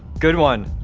good one.